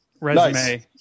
resume